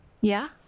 Yeah